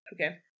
Okay